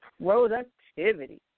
Productivity